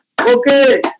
okay